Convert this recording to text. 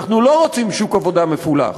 אנחנו לא רוצים שוק עבודה מפולח.